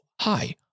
hi